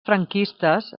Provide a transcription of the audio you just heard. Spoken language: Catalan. franquistes